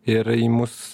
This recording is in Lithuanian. ir į mus